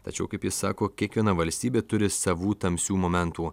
tačiau kaip ji sako kiekviena valstybė turi savų tamsių momentų